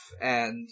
and-